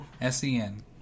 S-E-N